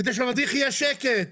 כדי שלמדריך יהיה שקט,